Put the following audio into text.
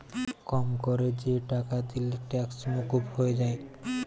কম কোরে যে টাকা দিলে ট্যাক্স মুকুব হয়ে যায়